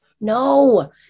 No